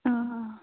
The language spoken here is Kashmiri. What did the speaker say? آ آ